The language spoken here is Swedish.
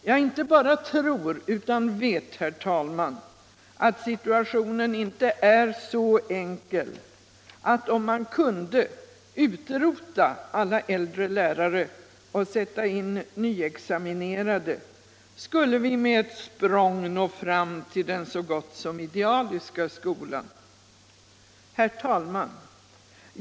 Jag inte bara tror utan vet, herr talman, att situationen inte är så enkel, att om man kunde ”utrota”alla äldre lärare och sätta in nyexaminerade skulle vi med ett språng nå fram till den så gott som idealiska skolan. Herr talman!